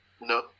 No